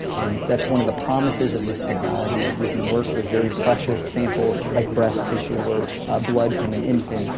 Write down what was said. and that's one of the promises of this technology, is we can work with very precious samples, like breast tissue or ah blood from an infant,